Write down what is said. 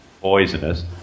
poisonous